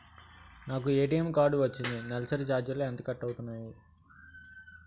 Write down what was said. నాకు ATM card వచ్చింది నెలసరి ఛార్జీలు ఎంత కట్ అవ్తున్నాయి?